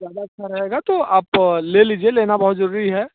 ज़्यादा अच्छा रहेगा तो आप ले लीजिए लेना बहुत ज़रूरी है